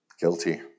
Guilty